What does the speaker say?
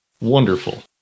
Wonderful